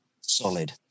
solid